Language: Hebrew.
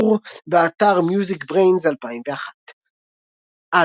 Tour 2001 באתר MusicBrainz האלבום